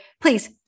please